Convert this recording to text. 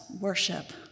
worship